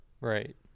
Right